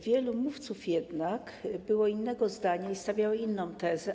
Wielu mówców jednak było innego zdania i stawiało inną tezę.